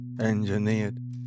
engineered